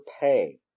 pay